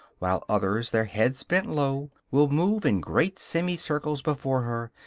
while others, their heads bent low, will move in great semi-circles before her,